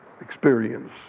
experience